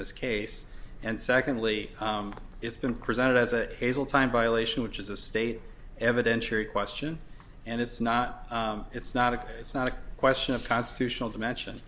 this case and secondly it's been presented as a hazeltine violation which is a state evidentiary question and it's not it's not a it's not a question of constitutional dimension